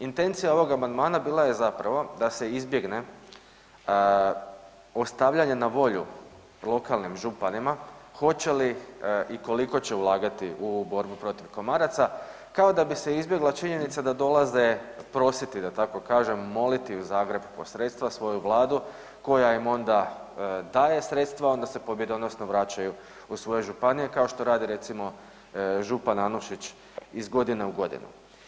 Intencija ovog amandmana bila je zapravo da se izbjegne ostavljanje na volju lokalnim županima hoće li i koliko će ulagati u borbu protiv komaraca, kao da bi se izbjegla činjenica da dolaze prositi, da tako kažem, moliti u Zagreb po sredstva, svoju Vladu, koja im onda daje sredstva, onda se pobjedonosno vraćaju u svoje županije, kao što radi recimo župan Anušić iz godine u godinu.